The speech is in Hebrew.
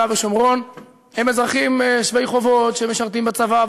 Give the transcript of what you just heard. ושומרון הם אזרחים שווי חובות שמשרתים בצבא,